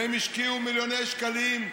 והם השקיעו מיליוני שקלים,